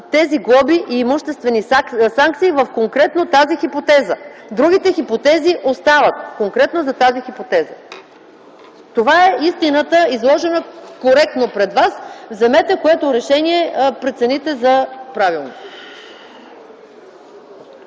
тези глоби и имуществени санкции конкретно в тази хипотеза. Другите хипотези остават. Това е истината, изложена коректно пред вас. Вземете което решение прецените за правилно.